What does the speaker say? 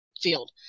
field